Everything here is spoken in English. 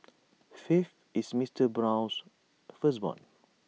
faith is Mister Brown's firstborn